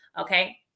Okay